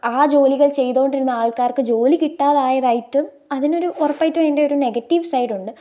ആ ജോലികള് ചെയ്തു കൊണ്ടിരുന്ന ആള്ക്കാര്ക്ക് ജോലി കിട്ടാതായതായിട്ടും അതിനൊരു ഉറപ്പായിട്ടും അതിന്റെ ഒരു നെഗറ്റീവ് സൈഡുണ്ട്